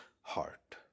heart